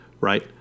right